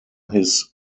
his